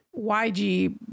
YG